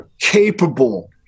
capable